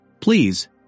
Please